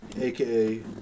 AKA